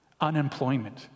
Unemployment